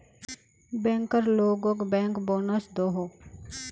banker लोगोक bank bonus दोहों